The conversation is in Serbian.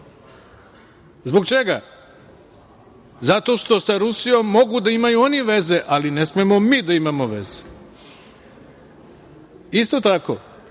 Zbog čega? Zato što sa Rusijom mogu da imaju oni veze, ali ne smemo mi da imamo veze. Isto tako,